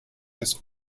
des